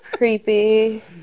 Creepy